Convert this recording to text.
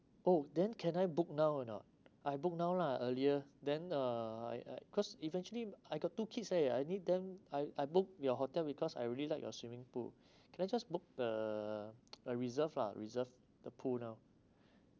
oh then can I book now or not I book now lah earlier then uh uh cause eventually I got two kids leh I need them I I booked your hotel because I really liked your swimming pool can I just book the uh reserve lah reserve the pool now